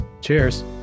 Cheers